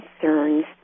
concerns